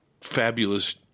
fabulous